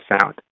sound